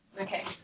okay